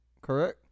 Correct